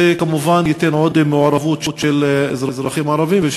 זה כמובן ייתן עוד מעורבות של אזרחים ערבים ושל